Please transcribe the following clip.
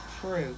True